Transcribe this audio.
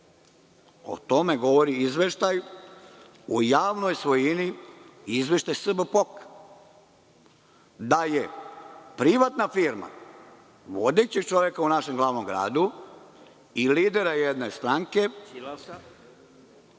tome govori Izveštaj o javnoj svojini i Izveštaj SBPOK, da je privatna firma vodećeg čoveka u našem glavnom gradu i lidere jedne stranke,